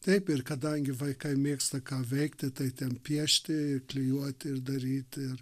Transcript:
taip ir kadangi vaikai mėgsta ką veikti tai ten piešti klijuoti ir daryti ir